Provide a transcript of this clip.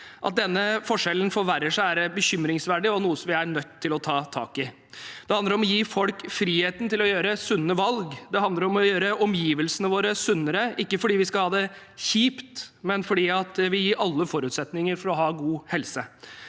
At denne forskjellen forverrer seg, er bekymringsfullt og noe vi er nødt til å ta tak i. Det handler om å gi folk frihet til å gjøre sunne valg. Det handler om å gjøre omgivelsene våre sunnere, ikke fordi vi skal ha det kjipt, men fordi vi vil gi alle forutsetninger for å ha god helse.